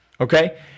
Okay